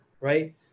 right